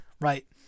right